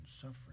suffering